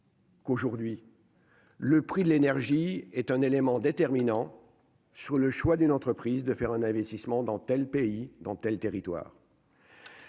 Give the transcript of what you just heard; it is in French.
Qu'aujourd'hui le prix de l'énergie est un élément déterminant sur le choix d'une entreprise de faire un investissement dans tel pays dans tel territoires.